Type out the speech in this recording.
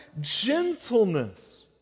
gentleness